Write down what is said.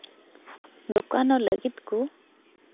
ᱫᱚᱠᱟᱱᱚᱜ ᱞᱟᱹᱜᱤᱫ ᱠᱚ